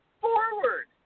forward